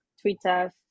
Twitter